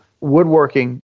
woodworking